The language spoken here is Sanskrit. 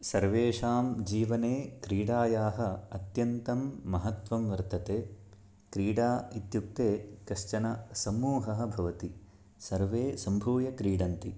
सर्वेषां जीवने क्रीडायाः अत्यन्तं महत्वं वर्तते क्रीडा इत्युक्ते कश्चन समूहः भवति सर्वे सम्भूय क्रीडन्ति